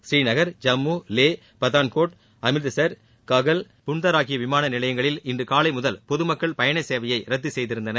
ஸ்ரீநகர் ஜம்மு லே பதான்கோட் அமிரிட்சர் காகல் புன்தர் ஆகிய விமானநிலையங்களில் இன்று காலை முதல் பொதுமக்கள் பயணசேவையை ரத்து செய்திருந்தனர்